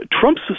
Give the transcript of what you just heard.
Trump's